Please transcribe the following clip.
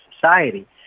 society